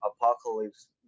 apocalypse